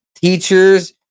Teachers